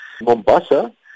Mombasa